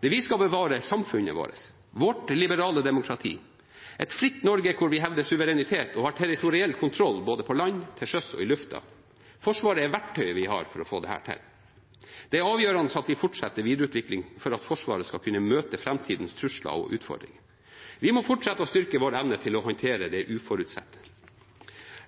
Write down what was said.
Det vi skal bevare, er samfunnet vårt, vårt liberale demokrati, et fritt Norge hvor vi hevder suverenitet og har territoriell kontroll både på land, til sjøs og i lufta. Forsvaret er verktøyet vi har for få dette til. Det er avgjørende at vi fortsetter videreutviklingen for at Forsvaret skal kunne møte framtidas trusler og utfordringer. Vi må fortsette å styrke vår evne til å håndtere det uforutsette.